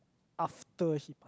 after he